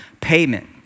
payment